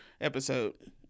episode